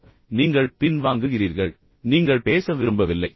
எனவே நீங்கள் பின் வாங்குகிறீர்கள் நீங்கள் பேச விரும்பவில்லை